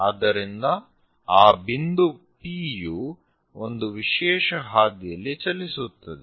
ಆದ್ದರಿಂದ ಆ ಬಿಂದು P ಯು ಒಂದು ವಿಶೇಷ ಹಾದಿಯಲ್ಲಿ ಚಲಿಸುತ್ತದೆ